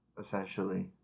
essentially